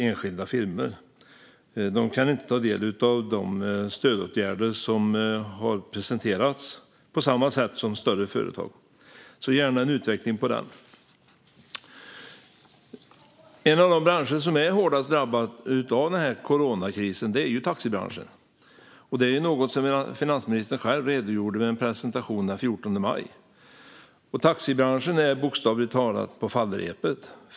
De kan inte på samma sätt som större företag ta del av de stödåtgärder som har presenterats. Därför vill jag få en utveckling av det. En av de branscher som drabbats hårdast av coronakrisen är taxibranschen. Det är något som finansministern själv redogjorde för vid en presentation den 14 maj. Taxibranschen är bokstavligt talat på fallrepet.